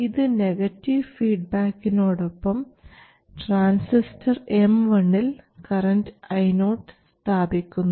ഇത് നെഗറ്റീവ് ഫീഡ്ബാക്കിനോടൊപ്പം transistor M1 ൽ കറൻറ് Io സ്ഥാപിക്കുന്നു